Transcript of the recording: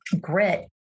grit